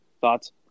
Thoughts